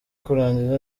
kurangiza